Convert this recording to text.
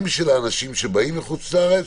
גם בשביל האנשים שבאים מחוץ לארץ,